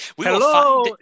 Hello